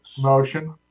Motion